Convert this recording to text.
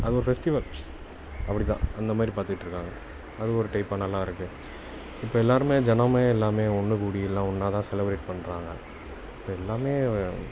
அது ஒரு ஃபெஸ்டிவல் அப்படி தான் அந்த மாதிரி பார்த்துட்ருக்காங்க அது ஒரு டைப்பாக நல்லாயிருக்கு இப்போ எல்லோருமே ஜனமே எல்லாமே ஒன்றுக் கூடி எல்லாம் ஒன்றா தான் செலப்ரேட் பண்ணுறாங்க இப்போ எல்லாமே